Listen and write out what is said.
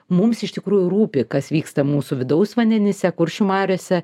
mums iš tikrųjų rūpi kas vyksta mūsų vidaus vandenyse kuršių mariose